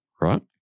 right